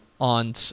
on